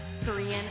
Korean